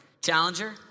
Challenger